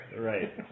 Right